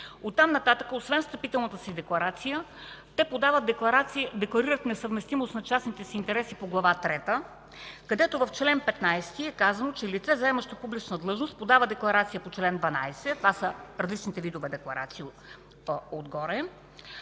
От там нататък, освен встъпителната си декларация, те декларират несъвместимост на частните си интереси по Глава трета, където в чл. 15 е казано, че лице, заемащо публична длъжност, подава декларация по чл. 12, това са различните видове декларации отгоре,